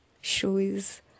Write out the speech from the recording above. shows